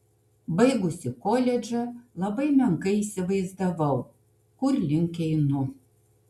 baigusi koledžą labai menkai įsivaizdavau kur link einu